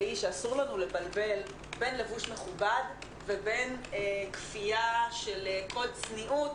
והיא שאסור לנו לבלבל בין לבוש מכובד לבין כפייה של קוד צניעות